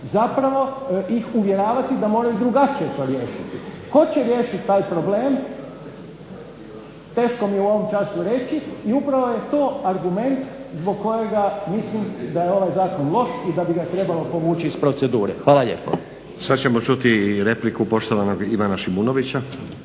zapravo ih uvjeravati da moraju drugačije to riješiti. Tko će riješiti taj problem teško mi je u ovom času reći i upravo je to argument zbog kojega mislim da je ovaj zakon loš i da bi ga trebalo povući iz procedure. Hvala lijepo. **Stazić, Nenad (SDP)** Sad ćemo čuti repliku poštovanog Ivana Šimunovića.